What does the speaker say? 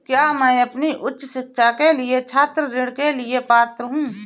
क्या मैं अपनी उच्च शिक्षा के लिए छात्र ऋण के लिए पात्र हूँ?